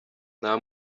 nta